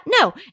No